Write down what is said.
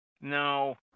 no